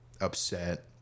upset